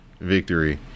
victory